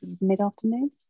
mid-afternoon